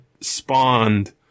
spawned